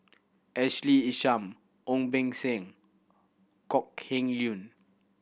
Ashley Isham Ong Beng Seng Kok Heng Leun